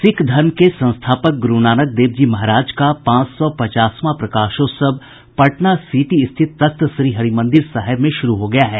सिख धर्म के संस्थापक ग्रूनानक देव जी महाराज का पांच सौ पचासवां प्रकाशोत्सव पटना सिटी स्थित तख्त श्रीहरिमंदिर साहिब में शुरू हो गया है